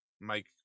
mike